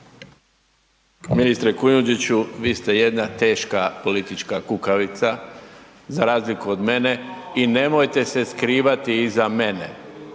Ministre Kujundžiću, vi ste jedna teška politička kukavica, za razliku od mene i nemojte se skrivati iza mene.